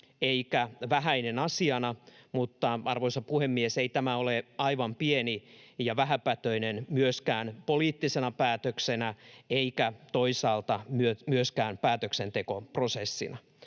eikä vähäinen asiana, mutta, arvoisa puhemies, ei tämä ole aivan pieni ja vähäpätöinen myöskään poliittisena päätöksenä eikä toisaalta myöskään päätöksentekoprosessina.